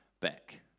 back